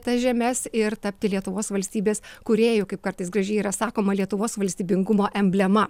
tas žemes ir tapti lietuvos valstybės kūrėju kaip kartais gražiai yra sakoma lietuvos valstybingumo emblema